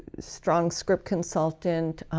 strong script consultant,